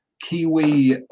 kiwi